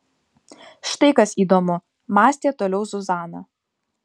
štai kas įdomu mąstė toliau zuzana